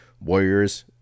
Warriors